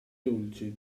dolce